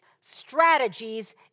strategies